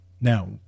Now